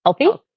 healthy